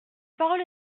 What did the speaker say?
parole